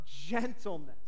gentleness